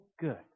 good